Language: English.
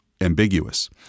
ambiguous